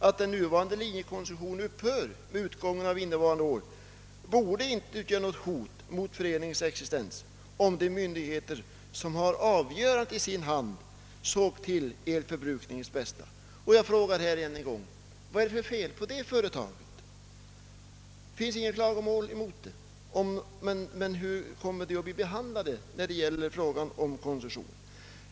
Att den nuvarande koncessionen upphör med utgången av innevarande år borde inte utgöra något hot mot föreningens existens, om de myndigheter som har avgörandet i sin hand såg till elförbrukarnas bästa. Jag frågar ännu en gång: Vad är det för fel på detta företag? Det finns inga klagomål mot det, men hur kommer det att bli behandlat när det gäller koncessionen?